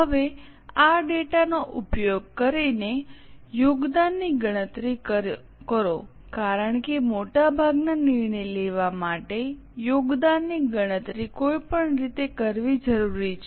હવે આ ડેટાનો ઉપયોગ કરીને યોગદાનની ગણતરી કરો કારણ કે મોટાભાગના નિર્ણય લેવા માટે ફાળાની ગણતરી કોઈપણ રીતે કરવી જરૂરી છે